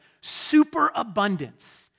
superabundance